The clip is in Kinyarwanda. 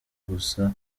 gusa